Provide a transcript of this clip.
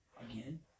again